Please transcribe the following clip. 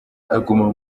aguma